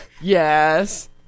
Yes